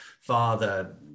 father